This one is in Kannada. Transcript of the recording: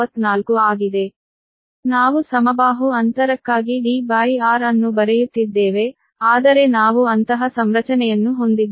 ನಾವು ಸಮಬಾಹು ಅಂತರಕ್ಕಾಗಿ Dr ಅನ್ನು ಬರೆಯುತ್ತಿದ್ದೇವೆ ಆದರೆ ನಾವು ಅಂತಹ ಸಂರಚನೆಯನ್ನು ಹೊಂದಿದ್ದರೆ